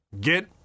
get